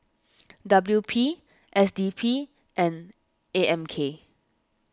W P S D P and A M K